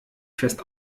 fest